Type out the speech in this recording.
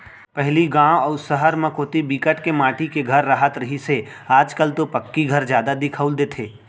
पहिली गाँव अउ सहर म कोती बिकट के माटी के घर राहत रिहिस हे आज कल तो पक्की घर जादा दिखउल देथे